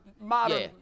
modern